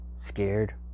Scared